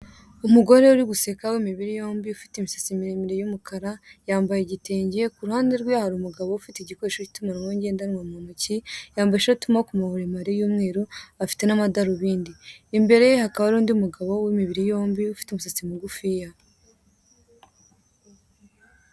Umugore uri guseka w'imibiri yombi ufite imisatsi miremire y'umukara yambaye igitenge ku ruhande rwe hari umugabo ufite igikoresho k'itumanaho ngendanwa mu ntoki yambaye ishati y'amaboko maremare y'umweru afite n'amadarubindi. Imbere ye hakaba hari undi mugabo w'imibiri yombi ufite umusatsi mugufiya.